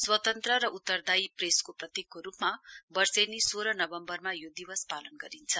स्वतन्त्र र उत्तरदायी प्रेसको प्रतीकको रुपमा वर्षेनी सोह्र नवम्वरमा यो दिवस पालन गरिन्छ